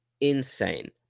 insane